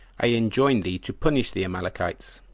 i enjoin thee to punish the amalekites,